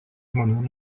žmonių